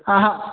आ हा